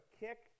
kick